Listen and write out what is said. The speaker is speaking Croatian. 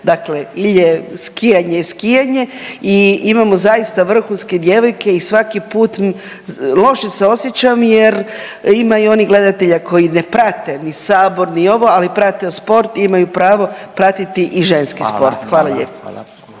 Dakle ili je skijanje skijanje i imamo zaista vrhunske djevojke i svaki put loše se osjećam jer ima i onih gledatelja koji ne prate ni Sabor, ni ovo ali prate sport, imaju pravo pratiti i ženski sport. Hvala lijepa.